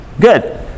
Good